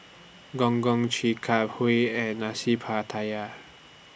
Gong Gong Chi Kak Kuih and Nasi Pattaya